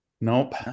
Nope